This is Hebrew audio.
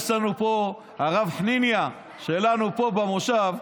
יש לנו פה את הרב חניניה שלנו פה במושב,